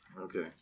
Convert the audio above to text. Okay